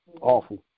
awful